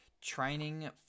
training